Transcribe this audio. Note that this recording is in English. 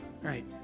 Right